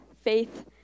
faith